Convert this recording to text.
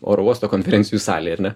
oro uosto konferencijų salėj ar ne